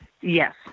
Yes